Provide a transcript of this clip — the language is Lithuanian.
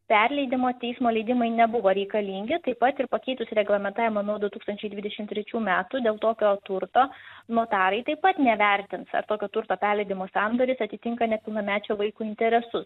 perleidimo teismo leidimai nebuvo reikalingi taip pat ir pakeitus reglamentavimą nuo du tūkstančiai dvidešim trečių metų dėl tokio turto notarai taip pat nevertins ar tokio turto perleidimo sandoris atitinka nepilnamečio vaiko interesus